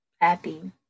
Happy